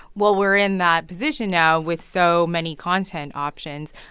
well, we're in that position now with so many content options.